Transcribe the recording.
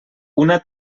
una